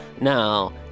Now